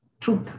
truth